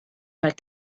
pas